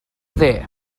dde